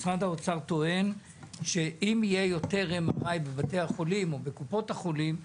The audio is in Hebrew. משרד האוצר טוען שאם יהיה יותר MRI בבתי החולים או בקופות החולים,